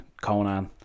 Conan